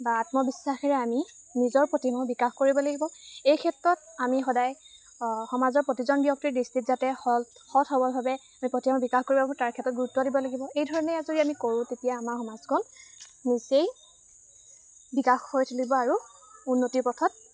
বা আত্মবিশ্বাসেৰে আমি নিজৰ প্ৰতিভাসমূহ বিকাশ কৰিব লাগিব এই ক্ষেত্ৰত আমি সদায় সমাজৰ প্ৰতিজন ব্যক্তিৰ দৃষ্টিত যাতে সৎ সবলভাৱে আমি প্ৰতিভাসমূহ বিকাশ কৰিব পাৰোঁ তাৰ ক্ষেত্ৰত গুৰুত্ব দিব লাগিব এই ধৰণে যদি আমি কৰোঁ তেতিয়া আমাৰ সমাজখন নিচেই বিকাশ হৈ তুলিব আৰু উন্নতিৰ পথত